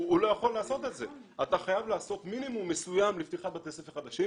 אתה חייב לעשות מינימום מסוים לפתיחת בתי ספר חדשים,